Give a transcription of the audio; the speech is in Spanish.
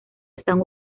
están